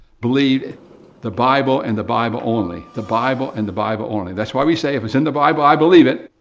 believed the bible and the bible only. the bible and the bible only. that's why we say, if it's in the bible, i believe it.